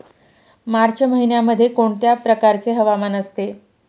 मार्च महिन्यामध्ये कोणत्या प्रकारचे हवामान असते?